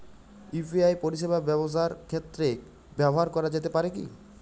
UPI পরিষেবা ব্যবসার ক্ষেত্রে ব্যবহার করা যেতে পারে কি?